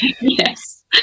Yes